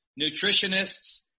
nutritionists